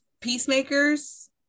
Peacemakers